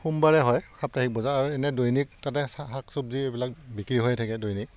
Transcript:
সোমবাৰে হয় সাপ্তাহিক বজাৰ আৰু এনে দৈনিক তাতে শাক চব্জি এইবিলাক বিক্ৰী হৈয়ে থাকে দৈনিক